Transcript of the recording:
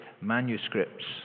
manuscripts